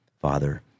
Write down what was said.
Father